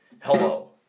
Hello